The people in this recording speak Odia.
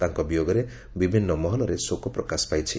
ତାଙ୍କ ବିୟୋଗରେ ବିଭିନ୍ନ ମହଲରେ ଶୋକ ପ୍ରକାଶ ପାଇଛି